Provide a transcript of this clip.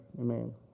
Amen